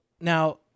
now